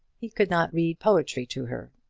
he could not read poetry to her,